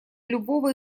любого